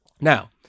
Now